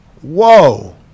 Whoa